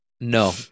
no